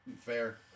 Fair